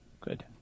good